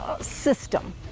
system